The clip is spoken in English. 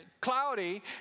cloudy